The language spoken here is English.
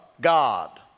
God